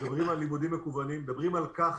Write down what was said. מדברים על לימודים מקוונים, מדברים על כך